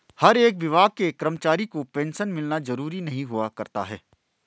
हर एक विभाग के कर्मचारी को पेन्शन मिलना जरूरी नहीं हुआ करता है